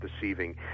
deceiving